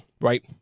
right